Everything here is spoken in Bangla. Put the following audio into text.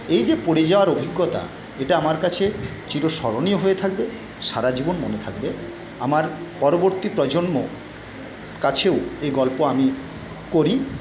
এই যে পড়ে যাওয়ার অভিজ্ঞতা এটা আমার কাছে চিরস্মরণীয় হয়ে থাকবে সারাজীবন মনে থাকবে আমার পরবর্তী প্রজন্মর কাছেও এ গল্প আমি করি